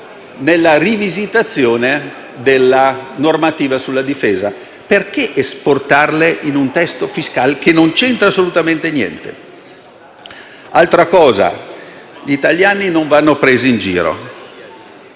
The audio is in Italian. nella rivisitazione della normativa sulla difesa. Perché esportarle in un testo fiscale che non c'entra assolutamente niente? Inoltre, gli italiani non vanno presi in giro.